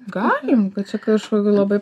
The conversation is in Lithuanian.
galim kad čia kažkokių labai